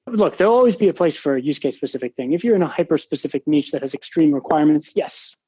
look, there'll always be a place for a use case specific thing. if you're in a hyper specific niche that has extreme requirements, yes,